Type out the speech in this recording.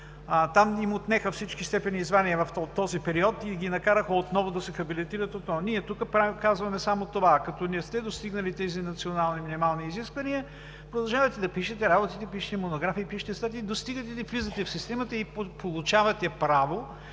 Там им отнеха всички степени и звания в този период и ги накараха отново да се хабилитират. Ние тук казваме само това: „Като не сте достигнали тези национални минимални изисквания, продължавайте да пишете, работете, пишете монографии, статии. Достигате нивото, влизате в системата и получавате право